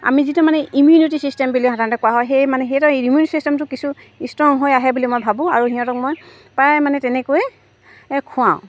আমি যিটো মানে ইমিউনিটি ছিষ্টেম বুলি সাধাৰণতে কোৱা হয় সেই মানে সিহঁতৰ ইমিউনিটি চিষ্টেমটো কিছু ষ্ট্ৰং হৈ আহে বুলি মই ভাবোঁ আৰু সিহঁতক মই প্ৰায় মানে তেনেকৈয়ে এ খুৱাওঁ